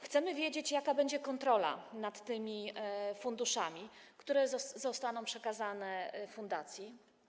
Chcemy wiedzieć, jaka będzie kontrola nad tymi funduszami, które zostaną przekazane fundacji.